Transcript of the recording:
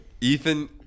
Ethan